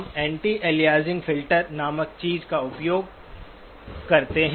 हम anti aliasing filter नामक चीज का उपयोग करते हैं